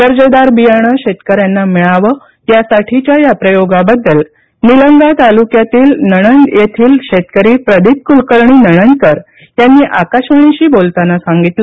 दर्जेदार बियाणं शेतकऱ्यांना मिळावं यासाठीच्या या प्रयोगाबद्दल निलंगा तालुक्यातील नणंद येथील शेतकरी प्रदीप कुलकर्णी नणंदकर यांनी आकाशवाणीशी बोलताना सांगितलं